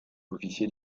officier